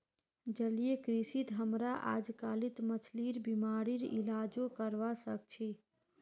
जलीय कृषित हमरा अजकालित मछलिर बीमारिर इलाजो करवा सख छि